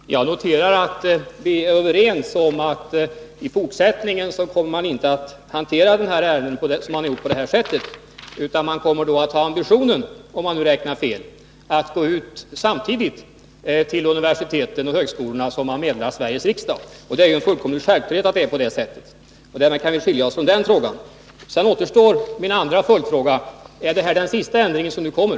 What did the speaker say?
Herr talman! Jag noterar att vi är överens om att ärenden av detta slag i fortsättningen inte skall hanteras på det sätt som nu skett, utan att ambitionen skall vara att, om man räknat fel, gå ut med meddelande därom till universitet och högskolor samtidigt som man underrättar Sveriges riksdag. Det är en fullkomlig självklarhet att det skall gå till på det sättet. Därmed kan vi skilja oss från den frågan. Därefter återstår min andra följdfråga: Är detta den sista ändring som kommer?